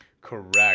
Correct